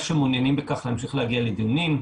שמעוניינים בכך להמשיך להגיע לדיונים.